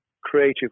creative